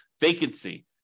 vacancy